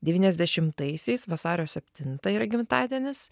devyniasdešimtaisiais vasario septintą yra gimtadienis